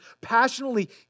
passionately